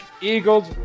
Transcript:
Eagles